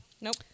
Nope